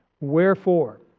Wherefore